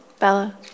Bella